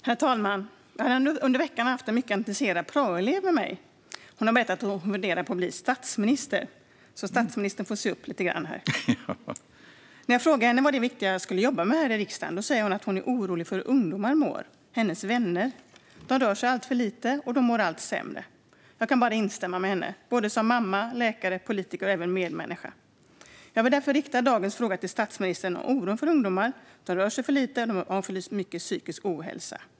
Herr talman! Jag har under veckan haft en mycket intresserad praoelev hos mig. Hon har berättat att hon funderar på att bli statsminister, så statsministern får se upp lite grann här. När jag frågar henne vad det viktigaste är som jag ska jobba med här i riksdagen säger hon att hon är orolig för hur ungdomar mår. Hennes vänner rör sig alltför lite och mår allt sämre. Jag kan bara instämma med henne som mamma, läkare, politiker och även medmänniska. Jag vill därför rikta dagens fråga till statsministern om han oroar sig för att ungdomar rör sig för lite och drabbas mycket av psykisk ohälsa.